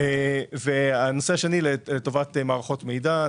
התקן השני לטובת מערכות מידע.